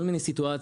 כל מיני סיטואציות.